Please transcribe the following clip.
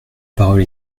parole